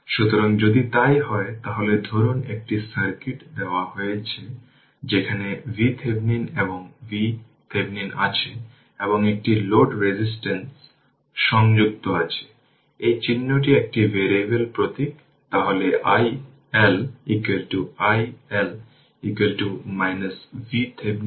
সুতরাং যা শিখবে যে আদর্শ ক্যাপাসিটর জুড়ে ভোল্টেজটি কারেন্টের অবিচ্ছেদ্য সময়ের সমানুপাতিক এটি ও শিখেছি উচ্চ মাধ্যমিক পদার্থবিদ্যা থেকে